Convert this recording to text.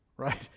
right